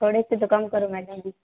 थोड़े से तो काम करो मैडम